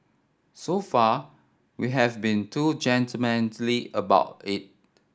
so far we have been too gentlemanly about it